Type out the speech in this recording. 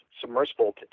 submersible